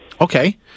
Okay